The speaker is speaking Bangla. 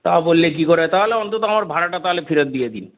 তা বললে কী করে হয় তাহলে অন্তত আমার ভাড়াটা তাহলে ফেরত দিয়ে দিন